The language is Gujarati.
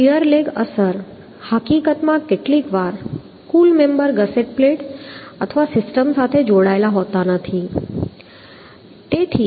શીયર લેગ અસર હકીકતમાં કેટલીકવાર કુલ મેમ્બર ગસેટ પ્લેટ અથવા સિસ્ટમ સાથે જોડાયેલા હોતા નથી